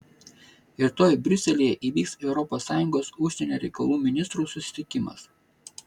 rytoj briuselyje įvyks europos sąjungos užsienio reikalų ministrų susitikimas